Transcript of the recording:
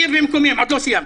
עוד לא סיימתי.